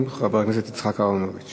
ההצעה הבאה